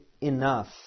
enough